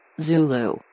Zulu